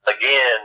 again